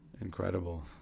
incredible